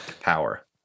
power